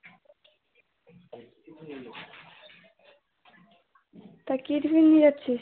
তা কী টিফিন নিয়ে যাচ্ছিস